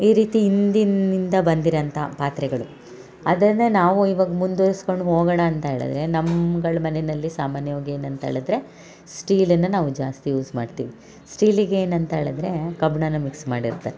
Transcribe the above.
ಈ ರೀತಿ ಹಿಂದಿನಿಂದ ಬಂದಿರುವಂಥ ಪಾತ್ರೆಗಳು ಅದನ್ನೇ ನಾವು ಇವಾಗ ಮುಂದ್ವರಿಸ್ಕೊಂಡು ಹೋಗೋಣ ಅಂತ್ಹೇಳಿದರೆ ನಮ್ಗಳ ಮನೆಯಲ್ಲಿ ಸಾಮಾನ್ಯವಾಗಿ ಏನಂತ್ಹೇಳಿದರೆ ಸ್ಟೀಲನ್ನ ನಾವು ಜಾಸ್ತಿ ಯೂಸ್ ಮಾಡ್ತೀವಿ ಸ್ಟೀಲಿಗೆ ಏನಂತ್ಹೇಳಿದರೆ ಕಬ್ಬಿಣವನ್ನ ಮಿಕ್ಸ್ ಮಾಡಿರ್ತಾರೆ